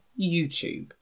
YouTube